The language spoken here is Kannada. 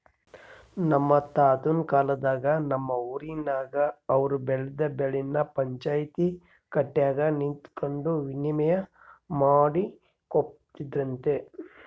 ನಮ್ ತಾತುನ್ ಕಾಲದಾಗ ನಮ್ ಊರಿನಾಗ ಅವ್ರು ಬೆಳ್ದ್ ಬೆಳೆನ ಪಂಚಾಯ್ತಿ ಕಟ್ಯಾಗ ನಿಂತಕಂಡು ವಿನಿಮಯ ಮಾಡಿಕೊಂಬ್ತಿದ್ರಂತೆ